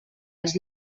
els